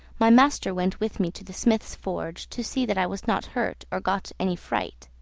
my master went with me to the smith's forge, to see that i was not hurt or got any fright.